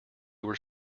were